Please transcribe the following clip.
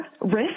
risk